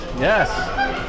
yes